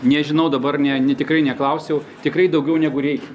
nežinau dabar ne ne tikrai neklausiau tikrai daugiau negu reik